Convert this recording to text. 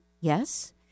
Yes